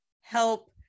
help